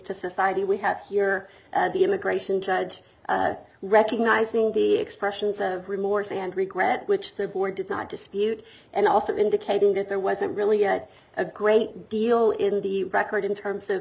to society we have here the immigration judge recognizing the expressions of remorse and regret which the board did not dispute and also indicating that there wasn't really yet a great deal in the record in terms of